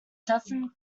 dozen